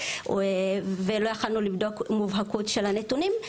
ולא יכולנו לבדוק מובהקות של הנתונים.